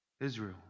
Israel